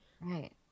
right